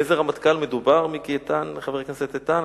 על איזה רמטכ"ל מדובר, מיקי איתן, חבר הכנסת איתן?